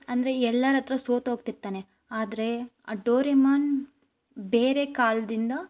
ಅಂದರೆ ಎಲ್ಲರ ಹತ್ರ ಸೋತೋಗ್ತಿರ್ತಾನೆ ಆದರೆ ಆ ಡೋರೆಮೋನ್ ಬೇರೆ ಕಾಲದಿಂದ